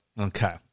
Okay